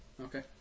Okay